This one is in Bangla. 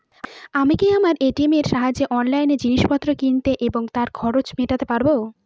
আমি কি আমার এ.টি.এম এর সাহায্যে অনলাইন জিনিসপত্র কিনতে এবং তার খরচ মেটাতে পারব?